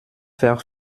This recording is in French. faire